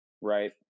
right